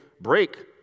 break